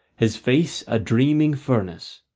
his face a dreaming furnace,